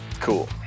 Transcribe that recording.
cool